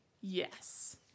Yes